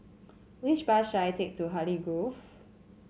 which bus should I take to Hartley Grove